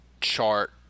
chart